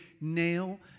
nail